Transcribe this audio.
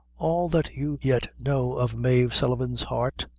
all that you yet know of mave sullivan's heart,